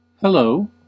Hello